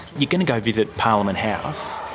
you're going to go visit parliament house.